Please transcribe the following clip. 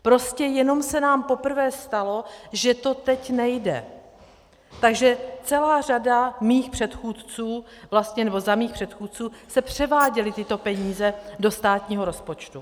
Prostě jenom se nám poprvé stalo, že to teď nejde, takže celá řada mých předchůdců vlastně za mých předchůdců se převáděly tyto peníze do státního rozpočtu.